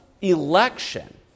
election